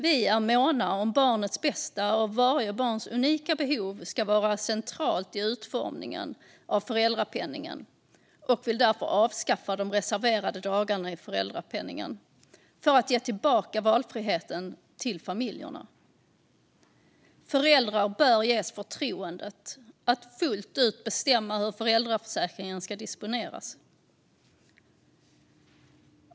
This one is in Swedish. Vi är måna om att barnets bästa och varje barns unika behov ska vara centralt i utformningen av föräldrapenningen och vill därför avskaffa de reserverade dagarna i föräldrapenningen för att ge tillbaka valfriheten till familjerna. Föräldrar bör ges förtroendet att fullt ut bestämma hur föräldraförsäkringen ska disponeras.